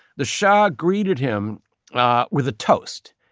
the shah greeted him but with a toast.